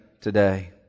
today